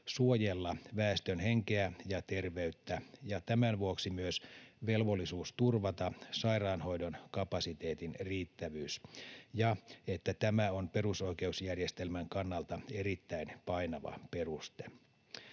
suojella väestön henkeä ja terveyttä ja tämän vuoksi myös velvollisuus turvata sairaanhoidon kapasiteetin riittävyys ja että tämä on perusoikeusjärjestelmän kannalta erittäin painava peruste.